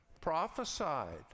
prophesied